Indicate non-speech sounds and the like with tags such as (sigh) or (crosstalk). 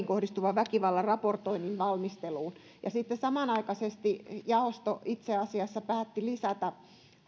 (unintelligible) kohdistuvan väkivallan raportoinnin valmisteluun ja sitten samanaikaisesti jaosto itse asiassa päätti lisätä